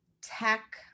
tech